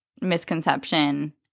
Misconception